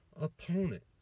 opponent